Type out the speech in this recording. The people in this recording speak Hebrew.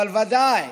אבל ודאי